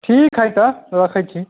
ठीक हइ तऽ रखैत छी